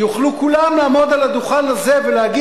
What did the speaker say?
יוכלו כולם לעמוד על הדוכן הזה ולהגיד